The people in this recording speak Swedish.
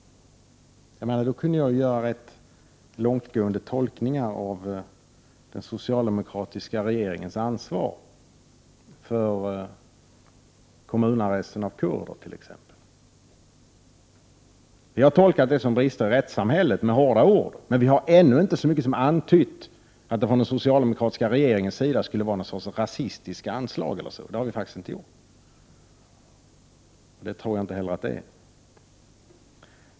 I så fall kunde jag göra rätt långtgående tolkningar av den socialdemokratiska regeringens ansvar fört.ex. kommunarresten av kurder. Vi har med hårda ord tolkat det som brister i rättssamhället, men vi har ännu inte så mycket som antytt att det skulle vara någon sorts rasistiska anslag från den socialdemokratiska regeringens sida. Det har vi faktiskt inte gjort. Det tror jag inte heller att det är.